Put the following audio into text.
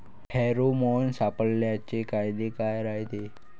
Pheromone सापळ्याचे फायदे काय रायते?